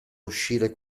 uscire